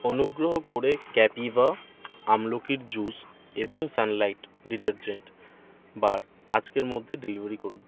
অনুগ্রহ করে ক্যাপিভা আমলকির জুস এবং সানলাইট ডিটারজেন্ট বার আজকের মধ্যে ডেলিভারি করুন